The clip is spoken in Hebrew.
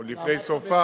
עוד לפני סופה,